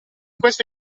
questo